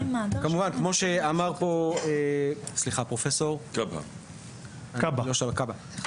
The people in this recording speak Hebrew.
כמו שאמר פה פרופ' כבהא,